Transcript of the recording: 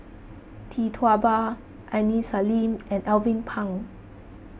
Tee Tua Ba Aini Salim and Alvin Pang